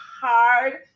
hard